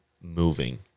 moving